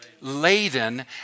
laden